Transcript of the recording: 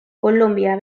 colombia